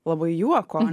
labai juoko ane